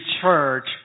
church